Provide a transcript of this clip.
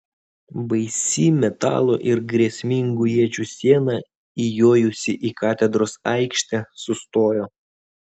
baisi metalo ir grėsmingų iečių siena įjojusi į katedros aikštę sustojo